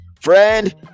friend